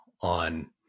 on